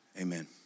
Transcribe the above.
Amen